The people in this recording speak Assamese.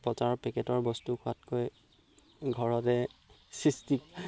বজাৰৰ পেকেটৰ বস্তু খোৱাতকৈ ঘৰতে সৃষ্টি